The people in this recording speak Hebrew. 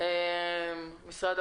עו"ד גליה